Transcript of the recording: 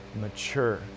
mature